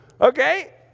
Okay